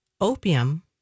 opium